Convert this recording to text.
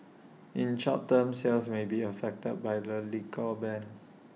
in short term sales may be affected by the liquor ban